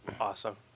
Awesome